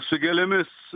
su gėlėmis